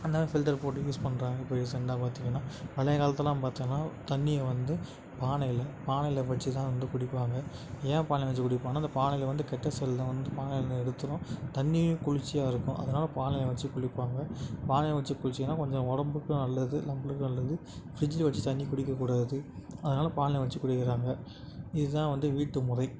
அந்தமாதிரி ஃபில்ட்டர் போட்டு யூஸ் பண்ணுறாங்க இப்போ ரீசண்ட்டாக பார்த்திங்கனா பழைய காலத்துலெல்லாம் பார்த்திங்கனா தண்ணியை வந்து பானையில பானையில வச்சுதான் வந்து குடிப்பாங்க ஏன் பானையில வச்சு குடிப்பாங்கன்னா அந்த பானையில வந்து கெட்ட வந்து பானையில இழுத்துரும் தண்ணியும் குளிர்ச்சியாக இருக்கும் அதனால பானையை வச்சு குடிப்பாங்க பானையை வச்சு குடிச்சிங்கன்னா கொஞ்சம் உடம்புக்கும் நல்லது நம்பளுக்கும் நல்லது ஃபிரிட்ஜில் வச்சு தண்ணி குடிக்ககூடாது அதனால பானையில வச்சு குடிக்கிறாங்க இதுதான் வந்து வீட்டு முறை